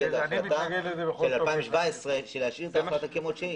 של 2017 להשאיר את ההחלטה כפי שהיא.